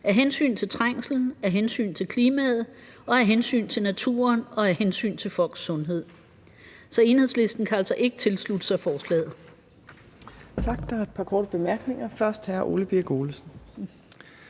af hensyn til trængslen, af hensyn til klimaet, af hensyn til naturen og af hensyn til folks sundhed. Så Enhedslisten kan altså ikke tilslutte sig forslaget. Kl. 14:05 Fjerde næstformand (Trine Torp): Tak. Der er et par korte